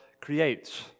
creates